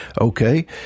Okay